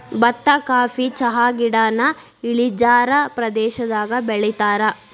ಬತ್ತಾ ಕಾಫಿ ಚಹಾಗಿಡಾನ ಇಳಿಜಾರ ಪ್ರದೇಶದಾಗ ಬೆಳಿತಾರ